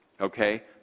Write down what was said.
okay